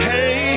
Hey